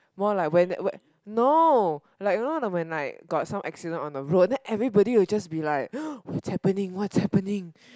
more like when when no like you know when like got some accidents on the road everybody will just be like what's happening what's happening